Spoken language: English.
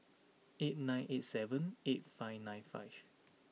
eight nine eight seven eight five nine five